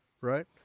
Right